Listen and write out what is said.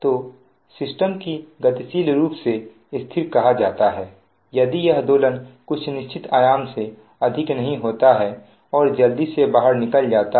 तो सिस्टम को गतिशील रूप से स्थिर कहा जाता है यदि यह दोलन कुछ निश्चित आयाम से अधिक नहीं होता है और जल्दी से बाहर निकल जाता है